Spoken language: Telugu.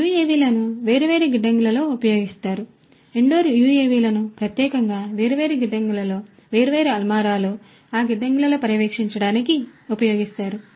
UAV లను వేర్వేరు గిడ్డంగులలో ఉపయోగిస్తారు ఇండోర్ UAV లను ప్రత్యేకంగా వేర్వేరు గిడ్డంగులలో వేర్వేరు అల్మారాలు ఆ గిడ్డంగులలో పర్యవేక్షించడానికి ఉపయోగిస్తారు